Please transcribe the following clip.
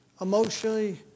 emotionally